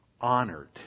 honored